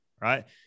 right